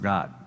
God